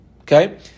Okay